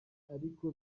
ariko